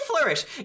flourish